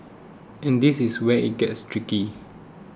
and this is where it gets tricky